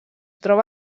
troba